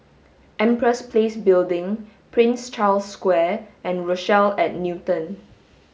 Empress Place Building Prince Charles Square and Rochelle at Newton